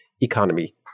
economy